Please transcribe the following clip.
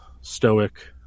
Stoic